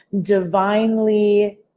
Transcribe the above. divinely